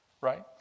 right